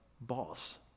boss